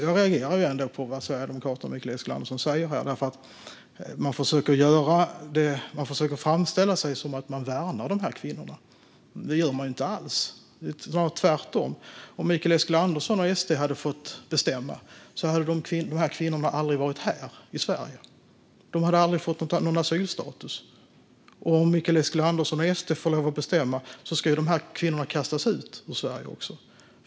Jag reagerar ändå på vad Sverigedemokraternas Mikael Eskilandersson säger här, för man försöker framställa det som att man värnar de här kvinnorna. Det gör man ju inte alls. Det är snarare tvärtom: Om Mikael Eskilandersson och SD hade fått bestämma hade dessa kvinnor aldrig varit här i Sverige. De hade aldrig fått asylstatus. Om Mikael Eskilandersson och SD får lov att bestämma ska de här kvinnorna dessutom kastas ut ur Sverige.